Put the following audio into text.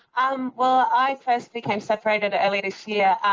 um well, i first became separated earlier this year.